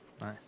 Nice